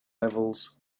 levels